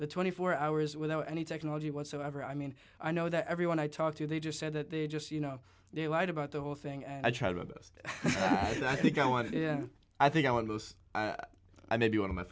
the twenty four hours without any technology whatsoever i mean i know that everyone i talked to they just said that they just you know they lied about the whole thing and i tried my best i think i want yeah i think i want those i maybe one of my